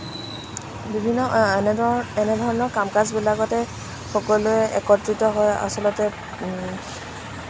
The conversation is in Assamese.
বিভিন্ন এনেদৰ এনেধৰণৰ কাম কাজবিলাকতে সকলোৱে একত্ৰিত হৈ আচলতে